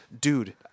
Dude